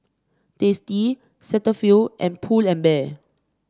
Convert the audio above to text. Tasty Cetaphil and Pull and Bear